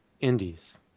indies